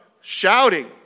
shouting